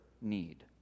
need